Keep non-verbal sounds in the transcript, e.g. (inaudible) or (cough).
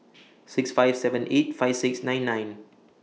(noise) six five seven eight five six nine nine